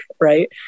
right